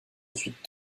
ensuite